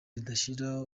ridashira